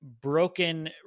broken